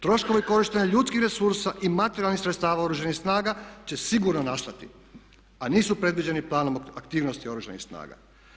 Troškovi korištenja ljudskih resursa i materijalnih sredstava u Oružanim snagama će sigurno nastati a nisu predviđeni planom aktivnosti Oružanih snaga.